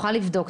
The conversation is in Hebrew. תוכל לבדוק,